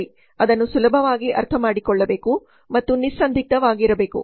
ಸರಿ ಅದನ್ನು ಸುಲಭವಾಗಿ ಅರ್ಥಮಾಡಿಕೊಳ್ಳಬೇಕು ಮತ್ತು ನಿಸ್ಸಂದಿಗ್ಧವಾಗಿರಬೇಕು